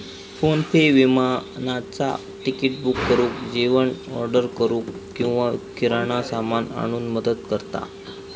PhonePe विमानाचा ticket book करुक, जेवण ऑर्डर करूक किंवा किराणा सामान आणूक मदत करता